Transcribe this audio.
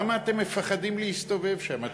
למה אתם מפחדים להסתובב שם?